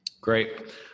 Great